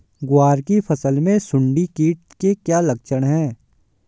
ग्वार की फसल में सुंडी कीट के क्या लक्षण है?